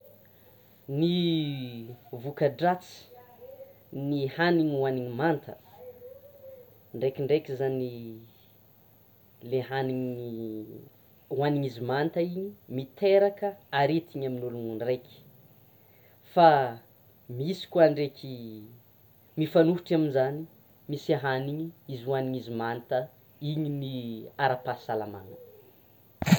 Ny voka-dratsin'ny hanina hoanina manta, ndrekindreky zany le hanina hoanina izy manta iny miteraka aretina amin'olona ndreky; fa misy koa ndreky mifanohitra amizany ilay hanina hoanina izy manta iny ny ara-pahasalamana.